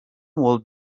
would